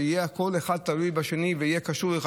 שיהיה כל אחד תלוי בשני ויהיה קשור אחד